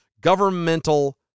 governmental